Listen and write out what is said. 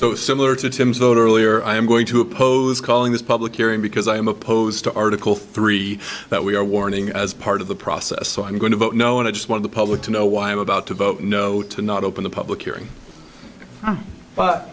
so similar to tim's voter earlier i am going to oppose calling this a public hearing because i am opposed to article three that we are warning as part of the process so i'm going to vote no and i just want the public to know why i'm about to vote no to not open the public hearing but